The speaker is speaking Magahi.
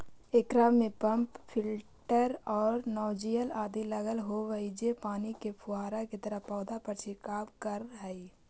एकरा में पम्प फिलटर आउ नॉजिल आदि लगल होवऽ हई जे पानी के फुहारा के तरह पौधा पर छिड़काव करऽ हइ